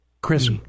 Chris